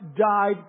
died